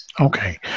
Okay